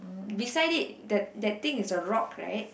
beside it the that thing is a rock right